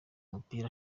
mupira